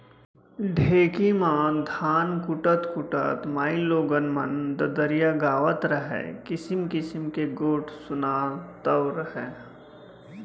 ढेंकी म धान कूटत कूटत माइलोगन मन ददरिया गावत रहयँ, किसिम किसिम के गोठ सुनातव रहयँ